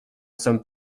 sommes